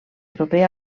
proper